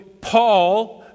Paul